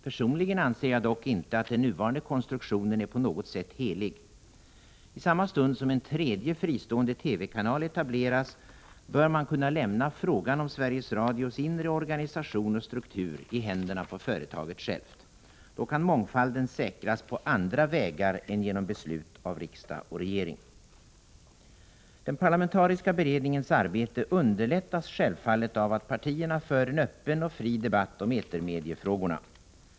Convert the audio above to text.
Personligen anser jag dock inte att den nuvarande konstruktionen på något sätt är helig. I samma stund som en tredje fristående TV-kanal etableras bör man kunna lämna frågan om Sveriges Radios inre organisation och struktur i händerna på företaget självt. Då kan mångfalden säkras på andra vägar än genom beslut av riksdag och regering. Den parlamentariska beredningens arbete underlättas självfallet av att partierna för en öppen och fri debatt om etermediefrågorna.